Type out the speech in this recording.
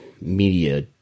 media